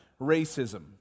racism